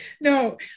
No